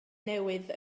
newydd